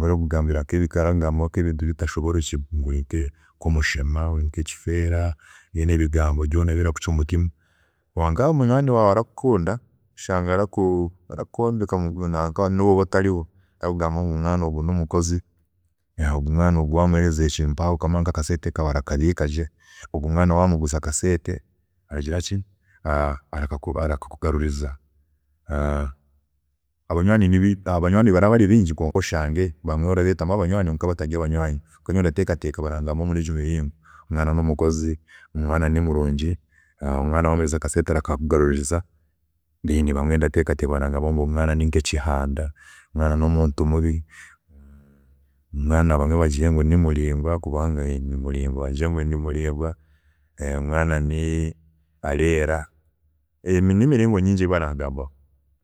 barakugambaho nkebigambo bitashoboorokire, nkumushema, nkekifeera, mbwenu ebigambo byona birakucwa omutima kwonka waaba oyine munywaani waawe arakukunda, orashanga arakwombeka nobu wakuba otariho arakugambaho ngu omwaana ogu nomukozi, omwana ogu wamuguza akasente arakakugaruriza, abanywaani baraba bari bingi kwonka oshange abamwe orabeetamu abanywaani kwonka batari banywaani kwonka nyowe ndateekateeka ngu barangambaho muri egyo miringo ngu omwaana nomukozi, omwana nimuringwa, omwaana wamuguza akasente arakakugaruriza, kandi abandi ndateekateeka ngu barangambaho ngu omwaana nekihanda, omwaana nomuntu mubi, omwaani bagire ngu nimuringwa, kubanga ndi muringwa, omwaana areera, nemiringo mingi eyi barangambaho